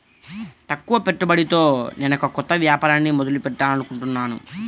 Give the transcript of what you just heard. తక్కువ పెట్టుబడితో నేనొక కొత్త వ్యాపారాన్ని మొదలు పెట్టాలనుకుంటున్నాను